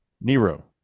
Nero